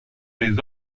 les